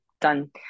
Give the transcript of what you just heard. done